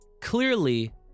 clearly